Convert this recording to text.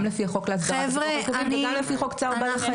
גם לפי חוק צער בעלי חיים --- חבר'ה,